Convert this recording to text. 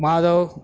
Madhav